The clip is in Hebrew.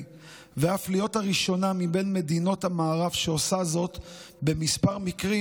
ואף להיות הראשונה מבין מדינות המערב שעושה זאת בכמה מקרים,